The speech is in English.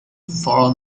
for